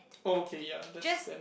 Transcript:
okay ya that's standard